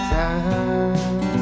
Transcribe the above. time